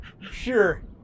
Sure